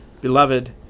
Beloved